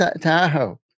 Tahoe